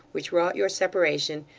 which wrought your separation,